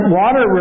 water